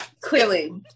Clearly